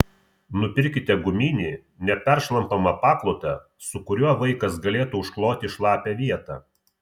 nupirkite guminį neperšlampamą paklotą su kuriuo vaikas galėtų užkloti šlapią vietą